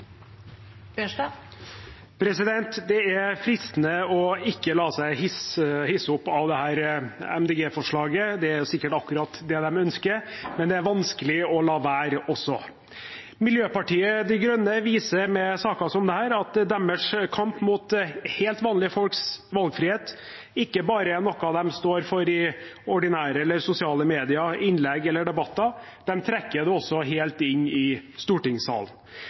fristende ikke å la seg hisse opp av dette forslaget fra Miljøpartiet De Grønne – det er sikkert akkurat det de ønsker – men det er vanskelig å la være også. Miljøpartiet De Grønne viser med saker som dette at deres kamp mot helt vanlige folks valgfrihet ikke bare er noe de står for i ordinære eller sosiale media, innlegg eller debatter, de trekker det også helt inn i stortingssalen.